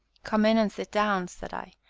come in and sit down, said i,